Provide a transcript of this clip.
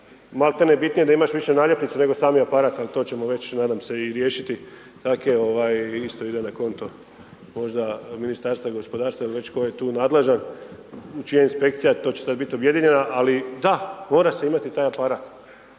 maltene bitnije je da imaš više naljepnicu nego sami aparat, ali to ćemo već nadam se i riješiti tako isto ide na konto možda Ministarstva gospodarstva ili već tko je tu nadležan, čija inspekcija, to će sad biti objedinjeno. Ali da, mora se imati taj aparat